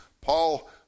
Paul